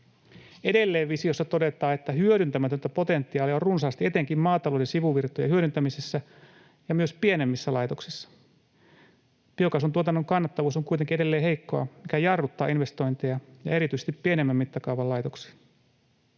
Edelleen visiossa todetaan, että hyödyntämätöntä potentiaalia on runsaasti etenkin maatalouden sivuvirtojen hyödyntämisessä ja myös pienemmissä laitoksissa. Biokaasun tuotannon kannattavuus on kuitenkin edelleen heikkoa, mikä jarruttaa investointeja ja erityisesti pienemmän mittakaavan laitoksia.